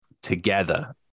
together